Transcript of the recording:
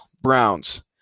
Browns